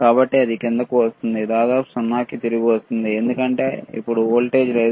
కాబట్టి అది క్రిందికి వస్తోందిదాదాపు 0 కి తిరిగి వస్తుంది ఎందుకంటే ఇప్పుడు వోల్టేజ్ లేదు